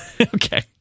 Okay